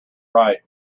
right